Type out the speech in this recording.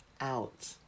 out